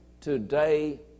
today